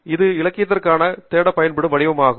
இது இலக்கியத்திற்காகத் தேட பயன்படும் வடிவமாகும்